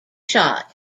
shot